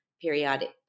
periodic